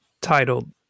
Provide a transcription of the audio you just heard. titled